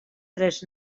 tres